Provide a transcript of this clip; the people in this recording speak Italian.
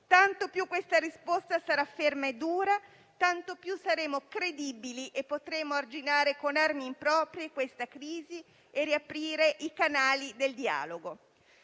Quanto più questa risposta sarà ferma e dura, tanto più saremo credibili e potremo arginare con armi proprie questa crisi e riaprire i canali del dialogo.